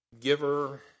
giver